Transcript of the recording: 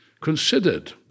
considered